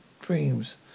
dreams